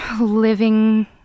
living